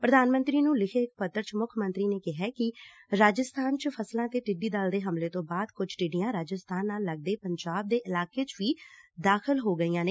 ਪੁਧਾਨ ਮੰਤਰੀ ਨੂੰ ਲਿਖੇ ਇਕ ਪੱਤਰ ਚ ਮੁੱਖ ਮੰਤਰੀ ਨੇ ਕਿਹੈ ਕਿ ਰਾਜਸਬਾਨ ਚ ਫਸਲਾਂ ਤੇ ਟਿੱਡੀ ਦਲ ਦੇ ਹਮਲੇ ਤੋਂ ਬਾਅਦ ਕੁਝ ਟਿੱਡੀਆਂ ਰਾਜਸਬਾਨ ਨਾਲ ਲੱਗਦੇ ਪੰਜਾਬ ਦੇ ਇਲਾਕੇ ਚ ਵੀ ਦਾਖਲ ਹੋ ਗਈਆਂ ਨੇ